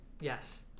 Yes